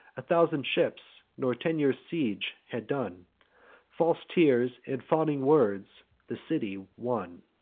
a thousand ships, nor ten years' siege, had done false tears and fawning words the city won.